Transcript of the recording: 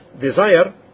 desire